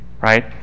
right